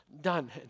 done